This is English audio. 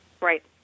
right